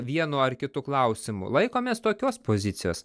vienu ar kitu klausimu laikomės tokios pozicijos